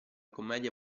commedia